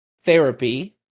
therapy